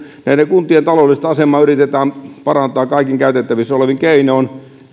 näiden kuntien taloudellista asemaa yritetään parantaa kaikin käytettävissä olevin keinoin